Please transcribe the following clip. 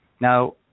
Now